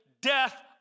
death